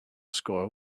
score